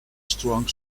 strong